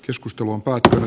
keskusteluoppaat r